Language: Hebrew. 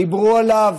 דיברו עליו,